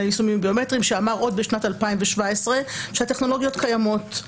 על היישומים הביומטריים שאמר עוד בשנת 2017 שהטכנולוגיות קיימות,